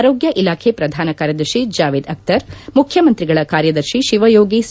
ಆರೋಗ್ಯ ಇಲಾಖೆ ಪ್ರಧಾನ ಕಾರ್ಯದರ್ತಿ ಜಾವೇದ್ ಅಖ್ತರ್ ಮುಖ್ಯಮಂತ್ರಿಗಳ ಕಾರ್ಯದರ್ತಿ ಶಿವಯೋಗಿ ಸಿ